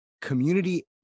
community